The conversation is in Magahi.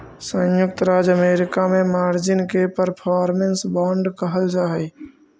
संयुक्त राज्य अमेरिका में मार्जिन के परफॉर्मेंस बांड कहल जा हलई